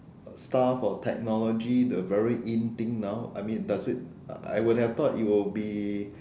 stuff or technology the very in thing now I mean does it I would have thought it will be